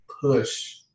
push